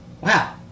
Wow